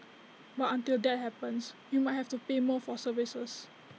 but until that happens we might have to pay more for services